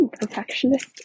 perfectionist